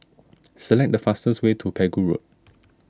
select the fastest way to Pegu Road